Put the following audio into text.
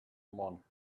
monk